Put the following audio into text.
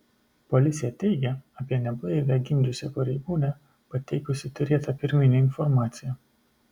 policija teigia apie neblaivią gimdžiusią pareigūnę pateikusi turėtą pirminę informaciją